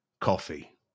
Coffee